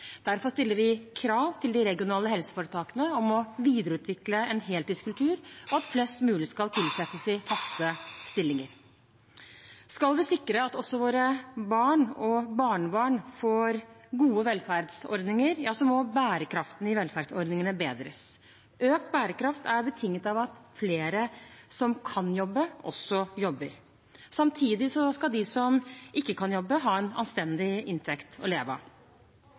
Derfor stiller vi krav til de regionale helseforetakene om å videreutvikle en heltidskultur, og at flest mulig skal tilsettes i faste stillinger. Skal vi sikre at også våre barn og barnebarn får gode velferdsordninger, må bærekraften i velferdsordningene bedres. Økt bærekraft er betinget av at flere som kan jobbe, også jobber. Samtidig skal de som ikke kan jobbe, ha en anstendig inntekt å leve av.